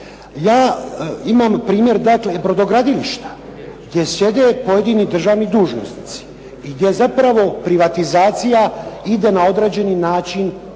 ja imam primjer brodogradilišta gdje sjede pojedini državni dužnosnici i gdje zapravo privatizacija ide na određeni način,